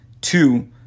two